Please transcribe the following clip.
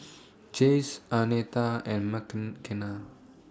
Jace Arnetta and Mckenna